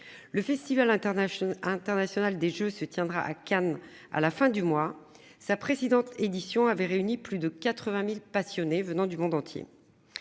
international international des Jeux se tiendra à Cannes à la fin du mois, sa présidente édition avait réuni plus de 80.000 passionnés venant du monde entier.